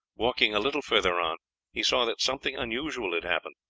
walking a little further on he saw that something unusual had happened.